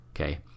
Okay